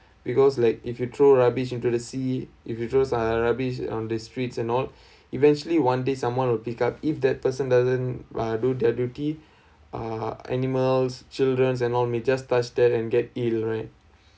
because like if you throw rubbish into the sea if you throw rubbish on the streets and all eventually one day someone will pick up if that person doesn't uh do their duty uh animals childrens and all may just touch there and get ill right